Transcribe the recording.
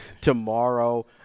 tomorrow